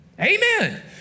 Amen